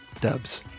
Dubs